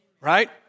right